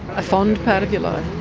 a fond part of your life?